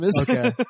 Okay